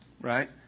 right